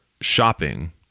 shopping